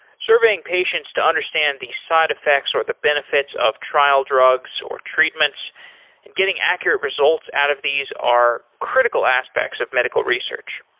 surveying patients to understand the side effects, or the benefits of trial drugs, or treatments and getting accurate results out of these are critical aspects of medical research.